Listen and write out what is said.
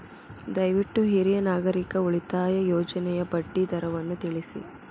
ದಯವಿಟ್ಟು ಹಿರಿಯ ನಾಗರಿಕರ ಉಳಿತಾಯ ಯೋಜನೆಯ ಬಡ್ಡಿ ದರವನ್ನು ತಿಳಿಸಿ